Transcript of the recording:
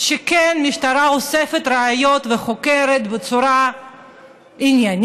שכן, המשטרה אוספת ראיות וחוקרת בצורה עניינית,